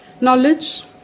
Knowledge